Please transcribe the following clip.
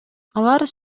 алар